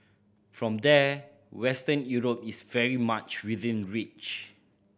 from there Western Europe is very much within reach